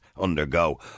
undergo